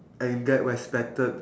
and get respected